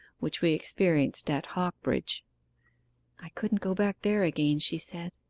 which we experienced at hocbridge i couldn't go back there again she said.